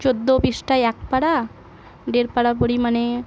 চোদ্দো পৃষ্ঠায় এক পারা ডের পারা পড়ি মানে